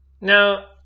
Now